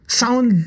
sound